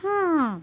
ہاں